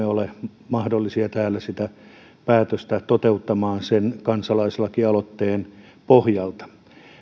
ole mahdollista täällä sitä päätöstä toteuttaa sen kansalaislakialoitteen pohjalta